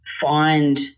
find